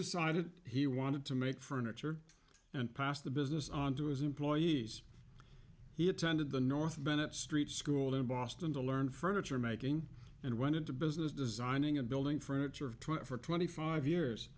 decided he wanted to make furniture and passed the business on to his employees he attended the north bennett street school in boston to learn furniture making and went into business designing and building furniture of twenty for twenty five years